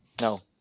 No